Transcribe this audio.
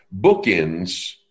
Bookends